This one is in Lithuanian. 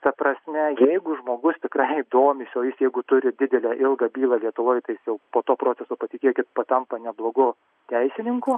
ta prasme jeigu žmogus tikrai domisi o jis jeigu turi didelę ilgą bylą lietuvoj tiesiog po to proceso patikėkit patampa neblogu teisininku